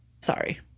Sorry